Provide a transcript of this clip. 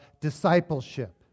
discipleship